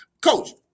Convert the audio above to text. Coach